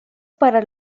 para